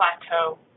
plateau